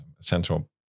Central